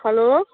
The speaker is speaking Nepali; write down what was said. हेलो